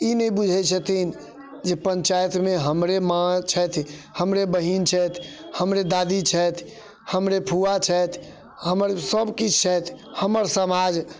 ई नहि बुझैत छथिन जे पञ्चायतमे हमरे माँ छथि हमरे बहिन छथि हमरे दादी छथि हमरे फुआ छथि हमर सब किछु छथि हमर समाज